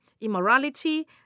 immorality